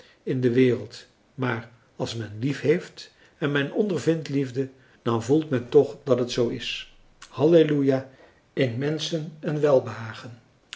in de wereld maar als men liefheeft en men ondervindt liefde dan voelt men toch dat het zoo is halleluja in menschen een welbehagen